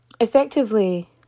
effectively